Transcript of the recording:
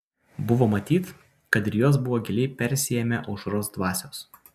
buvo matyt kad ir jos buvo giliai persiėmę aušros dvasios